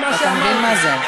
אתם לא מבינים מה שאמרתי.